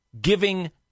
giving